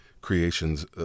creations